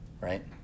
right